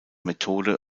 methode